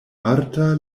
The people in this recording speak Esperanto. marta